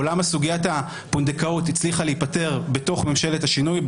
למה סוגיית הפונדקאות הצליחה להיפתר בתוך ממשלת השינוי,